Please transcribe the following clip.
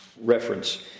reference